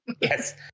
Yes